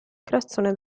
creazione